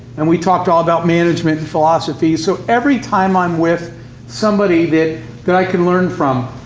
and we talked all about management and philosophies. so every time i'm with somebody that that i can learn from,